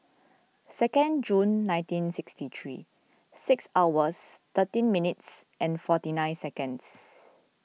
second June nineteen sixty three six hours thirteen minutes and forty nine seconds